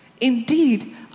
Indeed